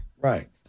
Right